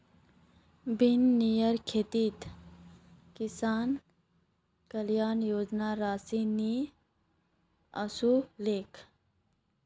विनयकेर खातात किसान कल्याण योजनार राशि नि ओसलेक